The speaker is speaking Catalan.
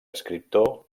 escriptor